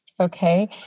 Okay